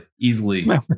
easily